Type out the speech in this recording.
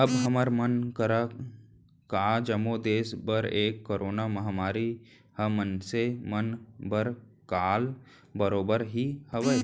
अब हमर मन करा का जम्मो देस बर ए करोना महामारी ह मनसे मन बर काल बरोबर ही हावय